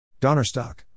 Donnerstock